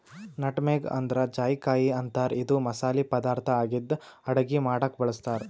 nutmeg ಅಂದ್ರ ಜಾಯಿಕಾಯಿ ಅಂತಾರ್ ಇದು ಮಸಾಲಿ ಪದಾರ್ಥ್ ಆಗಿದ್ದ್ ಅಡಗಿ ಮಾಡಕ್ಕ್ ಬಳಸ್ತಾರ್